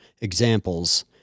examples